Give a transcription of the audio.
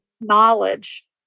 knowledge